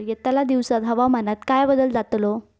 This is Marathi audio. यतल्या दिवसात हवामानात काय बदल जातलो?